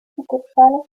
sucursales